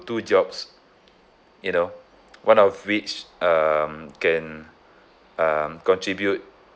two jobs you know one of which um can uh contribute